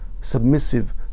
submissive